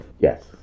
Yes